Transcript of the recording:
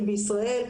הבריאטריים בישראל.